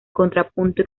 contrapunto